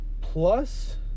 plus